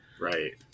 Right